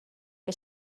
que